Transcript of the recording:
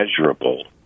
measurable